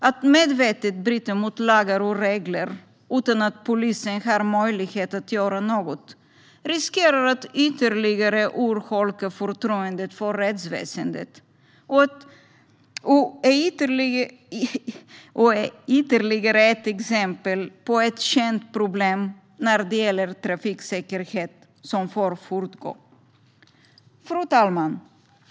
Att medvetet bryta mot lagar och regler utan att polisen har möjlighet att göra något riskerar att ytterligare urholka förtroendet för rättsväsendet. Det är ännu ett exempel på ett känt problem när det gäller trafiksäkerhet som får fortgå. Fru talman!